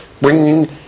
bringing